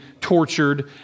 tortured